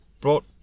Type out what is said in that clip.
brought